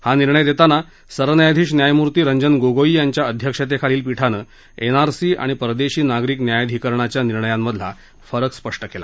हा निर्णय देतान सरन्यायाधीश न्यायमूर्ती रंजन गोगोई यांच्या अध्यक्षतेखालील पीठानं एनआरसी आणि परदेशी नागरिक न्यायाधिकरणाच्या निर्णयांमधला फरक स्पष्ट केला